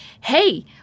Hey